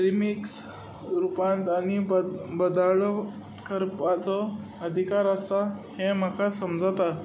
साहित्याचें रिमिक्स रुपांत आनी बदालो करपाचो अदिकार आसा हें म्हाका समजोता